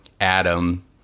Adam